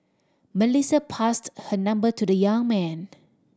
Melissa passed her number to the young man